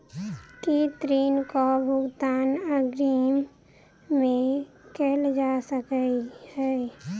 की ऋण कऽ भुगतान अग्रिम मे कैल जा सकै हय?